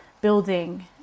building